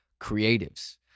creatives